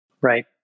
Right